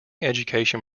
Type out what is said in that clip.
education